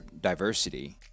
diversity